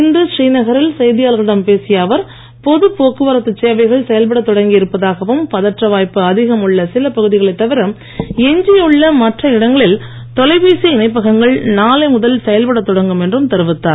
இன்று ஸ்ரீநகரில் செய்தியாளர்களிடம் பேசிய அவர் பொது போக்குவரத்து சேவைகள் செயல்பட தொடங்கி இருப்பதாகவும் பதற்ற வாய்ப்பு அதிகம் உள்ள சில பகுதிகளை தவிர எஞ்சியுள்ள மற்ற இடங்களில் தொலைபேசி இணைப்பகங்கள் நாளை முதல் செயல்பட தொடங்கும் என்றும் தெரிவித்தார்